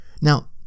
Now